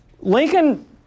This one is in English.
lincoln